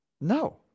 No